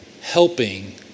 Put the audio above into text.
helping